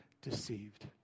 Deceived